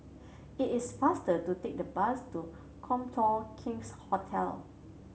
it is faster to take the bus to Copthorne King's Hotel